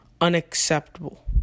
unacceptable